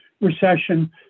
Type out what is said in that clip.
recession